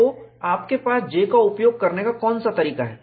तो आपके पास J का उपयोग करने का कौन सा तरीका है